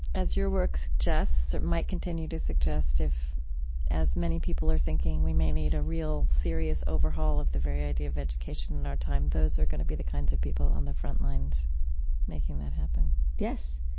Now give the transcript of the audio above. as your work suggests or might continue to suggest, if as many people are thinking we may need a real, serious overhaul of the very idea of education in our time, those are going to be the kinds of people on the frontlines making that happen yes.